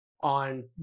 on